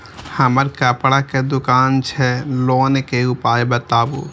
हमर कपड़ा के दुकान छै लोन के उपाय बताबू?